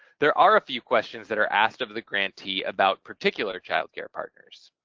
there are a few questions that are asked of the grantee about particular child care partners,